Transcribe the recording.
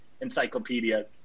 encyclopedia